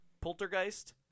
Poltergeist